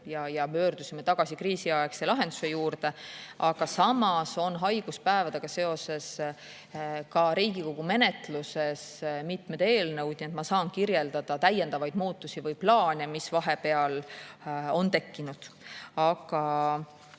ja pöördusime tagasi kriisiaegse lahenduse juurde. Samas on haiguspäevadega seoses Riigikogu menetluses mitmed eelnõud ja ma saan kirjeldada täiendavaid muutusi või plaane, mis vahepeal on tekkinud. Aga